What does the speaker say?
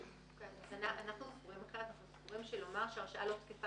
אנחנו סבורים שלומר שהרשאה לא תקפה